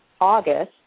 August